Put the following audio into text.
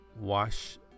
wash